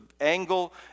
angle